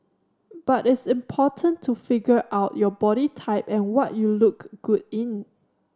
but it's important to figure out your body type and what you look good in